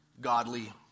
godly